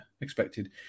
expected